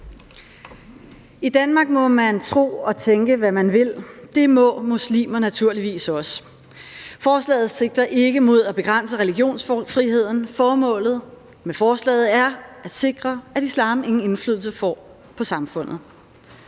I Danmark må man tro og tænke, hvad man vil. Det må muslimer naturligvis også. Forslaget sigter ikke mod at begrænse religionsfriheden. Formålet med forslaget er at sikre, at islam ingen indflydelse får på samfundet.